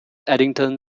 addington